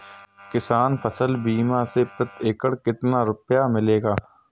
किसान फसल बीमा से प्रति एकड़ कितना रुपया मिलेगा?